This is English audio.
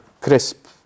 crisp